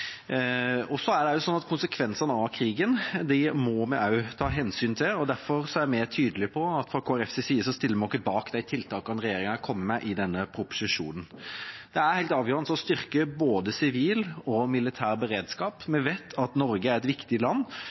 Norge så kraftig fordømmer den brutale invasjonen i Ukraina. Konsekvensene av krigen må vi ta hensyn til, og derfor er vi også tydelig på at fra Kristelig Folkepartis side stiller vi oss bak de tiltakene regjeringa har kommet med i denne proposisjonen. Det er helt avgjørende å styrke både sivil og militær beredskap. Vi vet at Norge er et viktig land.